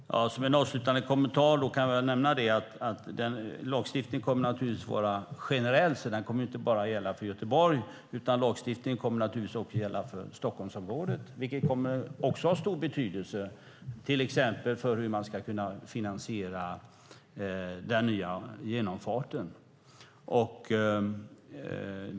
Fru talman! Som en avslutande kommentar kan jag nämna att lagstiftningen kommer att vara generell och inte bara gälla för Göteborg. Lagstiftningen kommer naturligtvis också att gälla för Stockholmsområdet vilket kommer att ha stor betydelse till exempel för hur man ska finansiera den nya genomfarten.